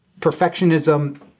perfectionism